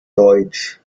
deutsch